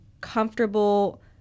comfortable